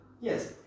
Yes